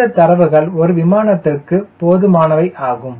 இந்தத் தரவுகள் ஒரு விமானத்திற்கு போதுமானவையாகும்